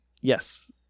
Yes